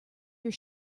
your